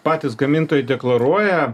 patys gamintojai deklaruoja